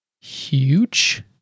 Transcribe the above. huge